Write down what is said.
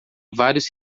vários